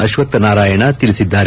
ಅತ್ವತ್ ನಾರಾಯಣ ತಿಳಿಸಿದ್ದಾರೆ